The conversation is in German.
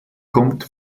kommt